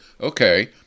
okay